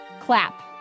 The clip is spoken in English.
clap